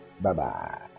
Bye-bye